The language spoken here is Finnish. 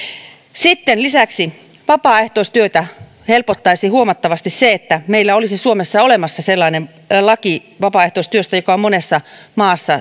sitten lisäksi vapaaehtoistyötä helpottaisi huomattavasti se että meillä olisi suomessa olemassa sellainen laki vapaaehtoistyöstä joka on monessa maassa